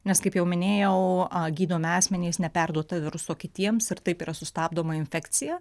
nes kaip jau minėjau a gydomi asmenys neperduota viruso kitiems ir taip yra sustabdoma infekcija